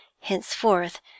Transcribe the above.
Henceforth